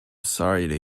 sorry